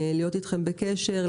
להיות אתכן בקשר,